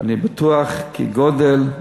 ואני בטוח, כגודל,